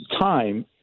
time